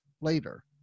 later